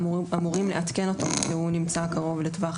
אמורים לעדכן אותו שהוא נמצא קרוב לטווח